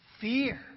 fear